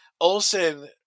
Olson